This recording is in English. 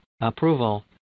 approval